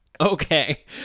Okay